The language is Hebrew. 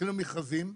עשינו מכרזים,